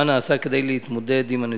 מה נעשה כדי להתמודד עם הנתונים?